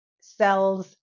cells